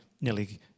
nearly